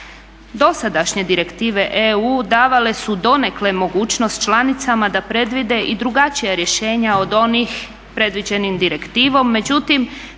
Dosadašnje direktive EU davale su donekle mogućnost članicama da predvidi i drugačija rješenja od onih predviđenih direktivom, međutim